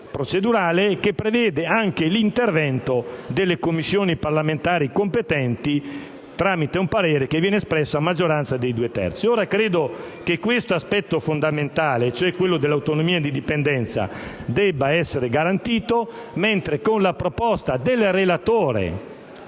procedurale, che contempla anche l'intervento delle Commissioni parlamentari competenti tramite un parere che viene espresso a maggioranza dei due terzi. Credo che questo aspetto fondamentale dell'autonomia e dell'indipendenza debba essere garantito. Invece, con la proposta del relatore